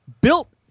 built